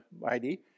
mighty